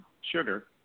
sugar